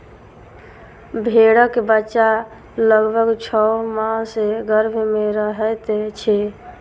भेंड़क बच्चा लगभग छौ मास गर्भ मे रहैत छै